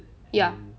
ya